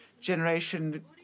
generation